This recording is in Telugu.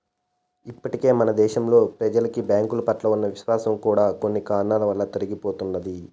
ఇప్పటికే మన దేశంలో ప్రెజలకి బ్యాంకుల పట్ల ఉన్న విశ్వాసం కూడా కొన్ని కారణాల వలన తరిగిపోతున్నది